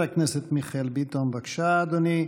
חבר הכנסת מיכאל ביטון, בבקשה, אדוני.